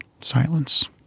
silence